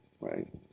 right